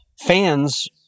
fans